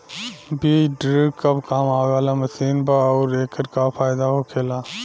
बीज ड्रील कब काम आवे वाला मशीन बा आऊर एकर का फायदा होखेला?